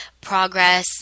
progress